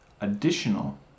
additional